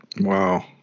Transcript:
Wow